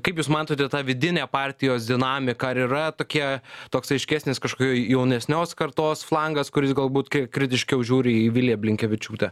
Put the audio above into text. kaip jūs matote tą vidinę partijos dinamiką ar yra tokia toks aiškesnis kažkok jaunesnios kartos flangas kuris galbūt kiek kritiškiau žiūri į viliją blinkevičiūtę